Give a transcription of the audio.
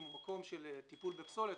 אם הוא מקום של טיפול בפסולת,